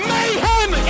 Mayhem